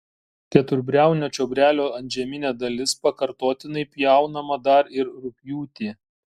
keturbriaunio čiobrelio antžeminė dalis pakartotinai pjaunama dar ir rugpjūtį